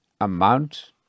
amount